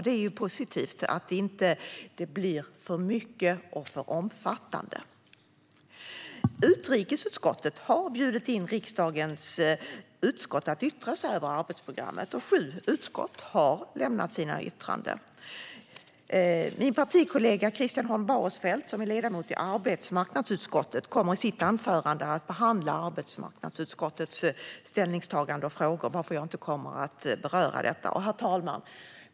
Det är positivt att det inte blir för mycket och för omfattande. Utrikesutskottet har bjudit in riksdagens utskott att yttra sig över arbetsprogrammet. Sju utskott har lämnat yttranden. Min partikollega Christian Holm Barenfeld, ledamot i arbetsmarknadsutskottet, kommer i sitt anförande att behandla arbetsmarknadsutskottets ställningstagande och frågor, varför jag inte kommer att beröra dem. Herr talman!